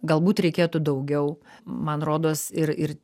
galbūt reikėtų daugiau man rodos ir ir